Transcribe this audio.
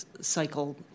cycle